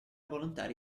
volontari